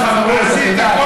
זה בחברות, את יודעת.